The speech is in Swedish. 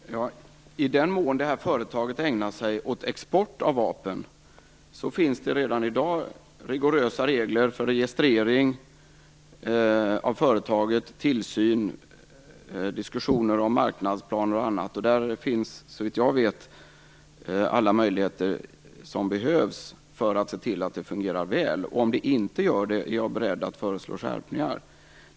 Fru talman! I den mån det här företaget ägnar sig åt export av vapen finns det redan i dag rigorösa regler för registrering av företaget. Det handlar också om tillsyn, diskussioner om marknadsplaner och annat. Såvitt jag vet finns det där alla möjligheter som behövs för att se till att det fungerar väl. Om det inte gör det, är jag beredd att föreslå skärpningar.